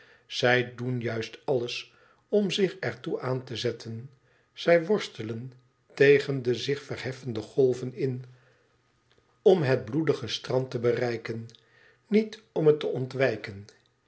zij doen juist alles om zich er toe aan te zetten zij worstelen tegen de zich verheffende golven in om het bloedige strand te bereiken niet om het te ontwijken